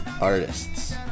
artists